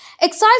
Excise